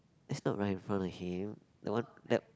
that's not right in front of him the one at